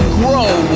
grow